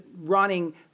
running